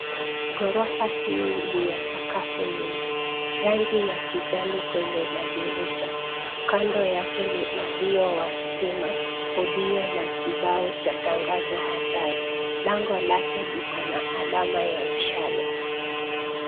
Ghorofa hii ni ya sakafu nyingi. Rangi ya kijani kwenye madirisha. Kando yake ni uzio wa stima ulio na kibao cha tangazo hatari. Lango lake liko na alama ya mshale.